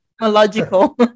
logical